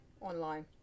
online